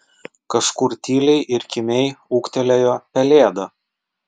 kažkur tyliai ir kimiai ūktelėjo pelėda